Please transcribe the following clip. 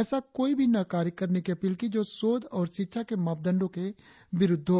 ऐसा कोई भी कार्य न करने की अपील की जो शोध और शिक्षा के मापदंडों के विरुद्ध है